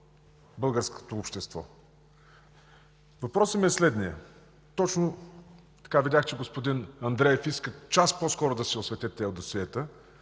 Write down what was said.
българското общество. Въпросът ми е следният. Видях, че господин Андреев иска час по-скоро да се осветят тези досиета.